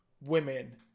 women